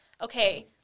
okay